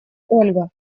ольга